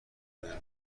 بهم